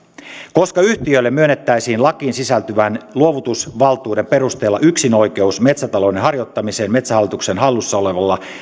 koska yhtiölle myönnettäisiin lakiin sisältyvän luovutusvaltuuden perusteella yksinoikeus metsätalouden harjoittamiseen metsähallituksen hallussa olevalla